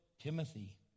Timothy